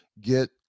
Get